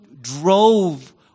drove